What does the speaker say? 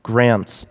Grants